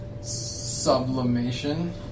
Sublimation